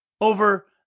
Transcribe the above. over